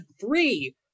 three